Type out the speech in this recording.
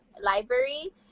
library